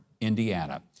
Indiana